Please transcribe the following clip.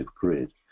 grid